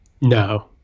No